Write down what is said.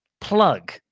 plug